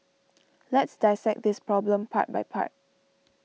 let's dissect this problem part by part